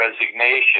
resignation